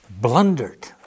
Blundered